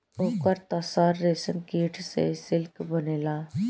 ओकर तसर रेशमकीट से सिल्क बनेला